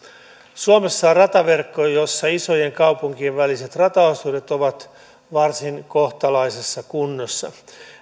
suomessa on rataverkko jossa isojen kaupunkien väliset rataosuudet ovat varsin kohtalaisessa kunnossa